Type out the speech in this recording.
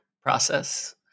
process